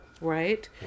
right